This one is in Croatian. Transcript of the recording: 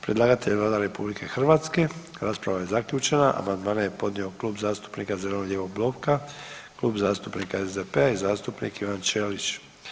Predlagatelj je Vlada RH, rasprava je zaključena, amandmane je podnio Klub zastupnika zeleno-lijevog bloka, Klub zastupnika SDP-a i zastupnik Ivan Ćelić.